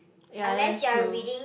ya that's true